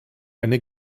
eine